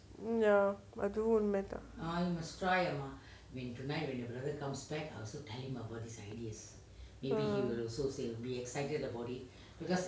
ya அதுவும் உண்ம தா:athuvum unma thaa